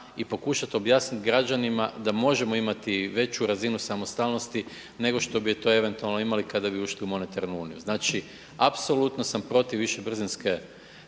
i pokušati objasniti građanima da možemo imati veću razinu samostalnosti nego što bi to eventualno imali kada bi ušli u monetarnu uniju. Znači apsolutno sam protiv višebrzinske